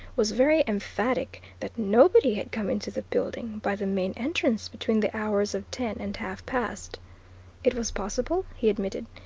was very emphatic that nobody had come into the building by the main entrance between the hours of ten and half-past. it was possible, he admitted,